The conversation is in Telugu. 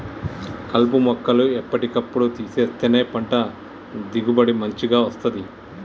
కలుపు మొక్కలు ఎప్పటి కప్పుడు తీసేస్తేనే పంట దిగుబడి మంచిగ వస్తది